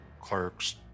clerks